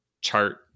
chart